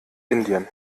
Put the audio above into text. indien